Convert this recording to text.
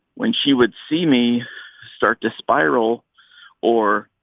when she would see me start to spiral or.